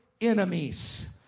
enemies